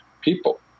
people